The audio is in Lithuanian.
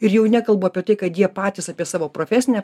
ir jau nekalbu apie tai kad jie patys apie savo profesinę